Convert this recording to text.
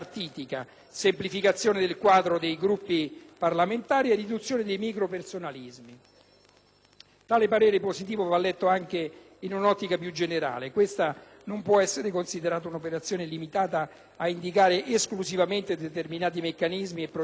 Tale parere positivo va letto anche in un'ottica più generale; questa non può essere considerata un'operazione limitata a indicare esclusivamente determinati meccanismi e procedure legate all'espressione tecnica del voto, né può prescindere dalla natura e dalla finalità